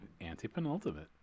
anti-penultimate